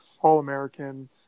all-American